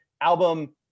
album